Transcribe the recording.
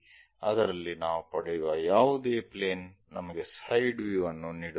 ಅದರಲ್ಲಿ ನಾವು ಪಡೆಯುವ ಯಾವುದೇ ಪ್ಲೇನ್ ನಮಗೆ ಸೈಡ್ ವ್ಯೂ ಅನ್ನು ನೀಡುತ್ತದೆ